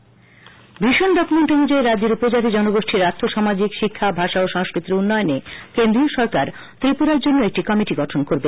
মন্ব্রিসভা vision document অনুযায়ী রাজ্যের উপজাতি জনগোষ্ঠির আর্থ সামাজিক শিক্ষা ভাষা সংস্কৃতির উন্নয়নে কেন্দ্রীয় সরকার ত্রিপুরার জন্য একটি কমিটি গঠন করবে